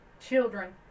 children